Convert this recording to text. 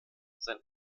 sein